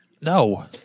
No